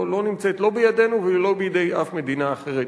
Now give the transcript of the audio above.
לא נמצאת לא בידינו ולא בידי אף מדינה אחרת